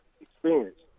experience